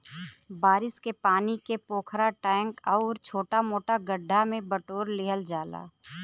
बारिश के पानी के पोखरा, टैंक आउर छोटा मोटा गढ्ढा में बटोर लिहल जाला